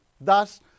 Thus